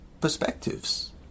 perspectives